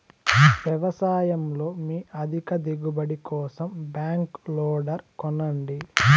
వ్యవసాయంలో మీ అధిక దిగుబడి కోసం బ్యాక్ లోడర్ కొనండి